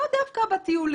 לאו דווקא בטיולים,